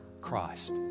Christ